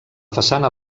façana